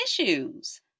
issues